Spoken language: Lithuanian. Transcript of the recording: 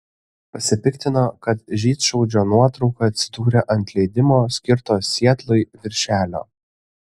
pasipiktino kad žydšaudžio nuotrauka atsidūrė ant leidimo skirto sietlui viršelio